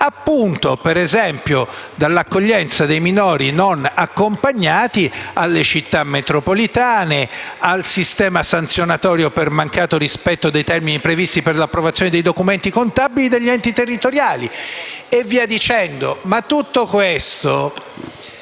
mondo e va dall'accoglienza dei minori non accompagnati alle Città metropolitane, fino al sistema sanzionatorio per il mancato rispetto dei termini previsti per l'approvazione dei documenti contabili degli enti territoriali e via dicendo. Voglio dunque